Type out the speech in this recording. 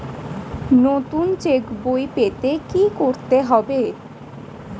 নতুন চেক বই পেতে কী করতে হবে?